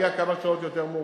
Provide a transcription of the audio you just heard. על הצורך שלהם להגיע לבסיסים,